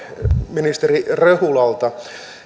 ministeri rehulalta